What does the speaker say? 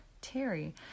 Terry